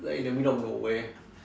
like in the middle of nowhere